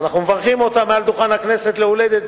אנחנו מברכים אותה מעל דוכן הכנסת על הולדת